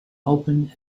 open